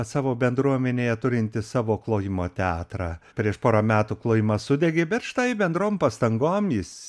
savo bendruomenėje turintis savo klojimo teatrą prieš porą metų klojimas sudegė bet štai bendrom pastangom jis